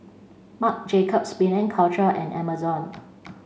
Marc Jacobs Penang Culture and Amazon